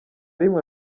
rimwe